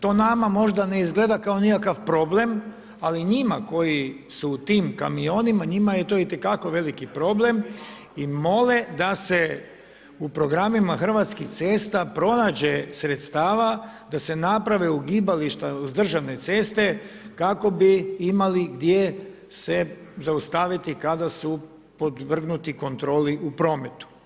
To nama možda ne izgleda kao nikakav problem, ali njima koji su u tim kamionima njima je to itekako veliki problem i mole da se u programima Hrvatskih cesta pronađe sredstava da se naprave ugibališta uz državne ceste kako bi imali gdje se zaustaviti kada su podvrgnuti kontroli u prometu.